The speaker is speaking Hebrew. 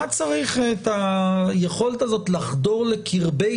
מה צריך את היכולת הזאת לחדור לקרבי